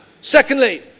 Secondly